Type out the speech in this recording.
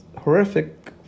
horrific